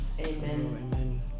amen